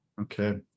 okay